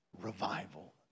revival